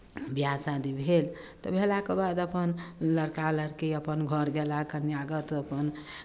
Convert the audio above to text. विवाह शादी भेल तऽ भेलाके बाद अपन लड़का लड़की अपन घर गेला कन्यागत अपन